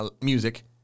music